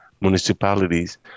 municipalities